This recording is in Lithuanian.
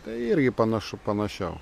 tai irgi panašu panašiau